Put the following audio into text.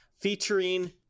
featuring